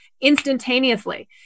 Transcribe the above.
instantaneously